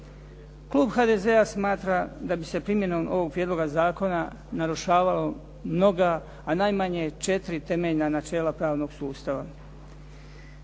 Klub HDZ-a smatra da bi se primjenom ovog prijedloga zakona narušavalo mnoga, a najmanje 4 temeljna načela pravnog sustava.